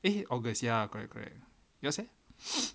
eh august ya correct correct yours leh